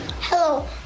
Hello